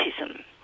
autism